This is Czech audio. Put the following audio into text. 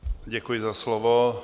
Děkuji za slovo.